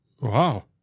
Wow